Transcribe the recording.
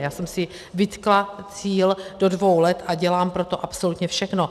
Já jsem si vytkla cíl do dvou let a dělám pro to absolutně všechno.